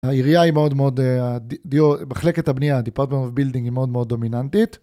העירייה היא מאוד מאוד, מחלקת הבנייה ה-Department of Building היא מאוד מאוד דומיננטית.